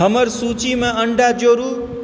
हमर सूचीमे अंडा जोरू